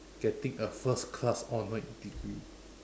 getting a first class honour degree